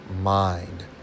mind